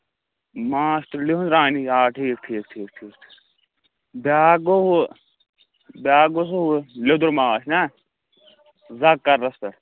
ماچھ تُلرِ ہُنٛد رانی آ ٹھیٖک ٹھیٖک ٹھیٖک ٹھیٖک ٹھیٖک بیٛاکھ گوٚو ہُہ بیٛاکھ گوٚو سُہ ہُہ لیوٚدُر ماچھ نہ زَگ کَلرَس پٮ۪ٹھ